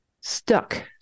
stuck